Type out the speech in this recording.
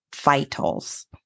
vitals